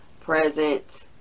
present